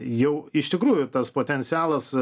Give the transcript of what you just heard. jau iš tikrųjų tas potencialas